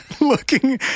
Looking